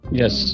Yes